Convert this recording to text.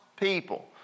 people